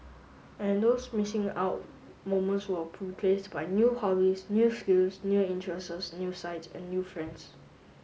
and those missing out moments were by new hobbies new skills new interests new sights and new friends